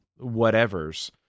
whatevers